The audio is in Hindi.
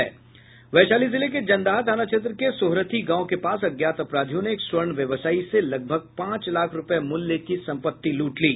वैशाली जिले के जनदाहा थाना क्षेत्र के सोहरथी गांव के पास अज्ञात अपराधियों ने एक स्वर्ण व्यवसायी से लगभग पांच लाख रुपये मूल्य की संपत्ति लूट ली